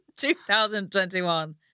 2021